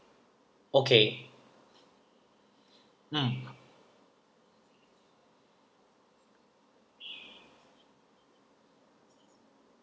okay mm